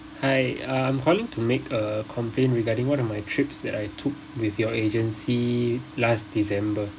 hi uh I'm calling to make a complaint regarding one of my trips that I took with your agency last december